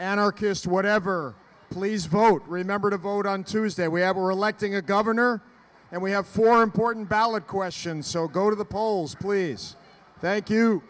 anarchist whatever please vote remember to vote on tuesday we have are electing a governor and we have four important ballot questions so go to the polls please thank you